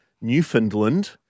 Newfoundland